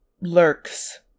lurks